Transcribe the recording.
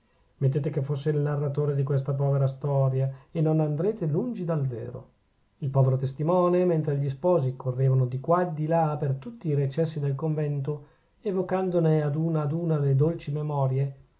mettete che fosse il narratore di questa povera storia e non andrete lungi dal vero il povero testimone mentre gli sposi correvano di qua e di là per tutti i recessi del convento evocandone ad una ad una le dolci memorie